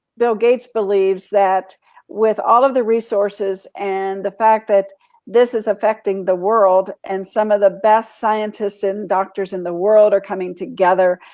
bill gates, believes that with all of the resources, and the fact that this is affecting the world, and some of the best scientists and doctors in the world are coming together,